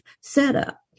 setup